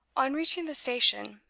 on reaching the station,